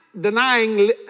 denying